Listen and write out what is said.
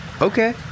Okay